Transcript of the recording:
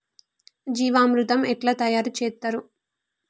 జీవామృతం ఎట్లా తయారు చేత్తరు?